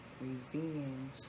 revenge